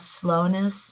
slowness